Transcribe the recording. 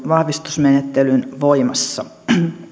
vahvistusmenettelyn voimassa